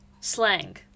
slang